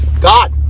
God